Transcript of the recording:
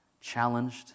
challenged